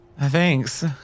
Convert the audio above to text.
Thanks